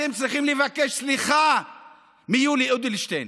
אתם צריכים לבקש סליחה מיולי אדלשטיין,